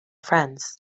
friends